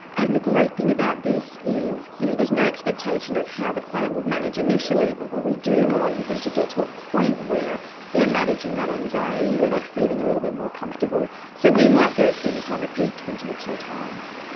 and the great thing about this is you know there's no expectation of how the client would manage initially but what we do want is them to get to a point where they are managing that anxiety, where they are feeling a little bit more comfortable. so we might go through this on repeat twenty or so times.